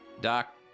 Doc